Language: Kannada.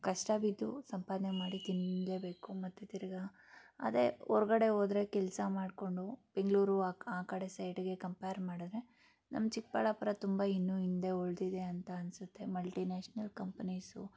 ಕಷ್ಟಬಿದ್ದು ಸಂಪಾದನೆ ಮಾಡಿ ತಿನ್ನಲೇಬೇಕು ಮತ್ತು ತಿರ್ಗಿ ಅದೇ ಹೊರ್ಗಡೆ ಹೋದ್ರೆ ಕೆಲಸ ಮಾಡಿಕೊಂಡು ಬೆಂಗಳೂರು ಆ ಆ ಕಡೆ ಸೈಡಿಗೆ ಕಂಪೇರ್ ಮಾಡಿದ್ರೆ ನಮ್ಮ ಚಿಕ್ಕಬಳ್ಳಾಪುರ ತುಂಬ ಇನ್ನೂ ಹಿಂದೆ ಉಳಿದಿದೆ ಅಂತ ಅನಿಸುತ್ತೆ ಮಲ್ಟಿ ನ್ಯಾಷನಲ್ ಕಂಪ್ನಿಸು